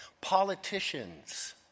Politicians